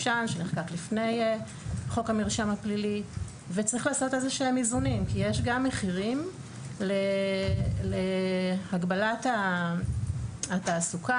איזה שהם איזונים כי יש גם מחירים להגבלת התעסוקה,